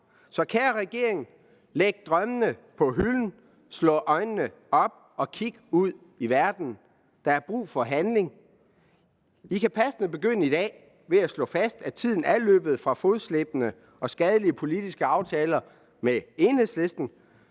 den kære regering, at den skal slå øjnene op og kigge ud i verden. Der er brug for handling. Man kan passende begynde i dag ved at slå fast, at tiden er løbet fra fodslæbende og skadelige politiske aftaler med Enhedslisten.